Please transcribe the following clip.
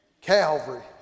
Calvary